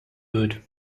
would